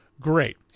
great